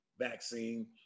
vaccine